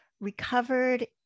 Recovered